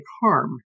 harm